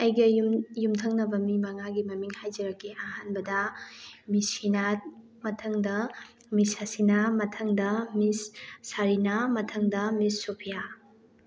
ꯑꯩꯒꯤ ꯑꯩ ꯌꯨꯝꯊꯪꯅꯕ ꯃꯤ ꯃꯉꯥꯒꯤ ꯃꯃꯤꯡ ꯍꯥꯏꯖꯔꯛꯀꯦ ꯑꯍꯥꯟꯕꯗ ꯃꯤꯁꯤꯅꯥ ꯃꯊꯪꯗ ꯃꯤꯁ ꯍꯁꯤꯅꯥ ꯃꯊꯪꯗ ꯃꯤꯁ ꯁꯥꯔꯤꯅꯥ ꯃꯊꯪꯗ ꯃꯤꯁ ꯁꯣꯐꯤꯌꯥ